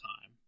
time